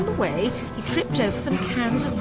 way he tripped over some cans